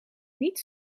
niet